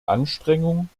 anstrengung